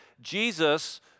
Jesus